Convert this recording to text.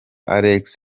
alex